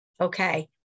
okay